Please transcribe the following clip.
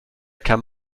come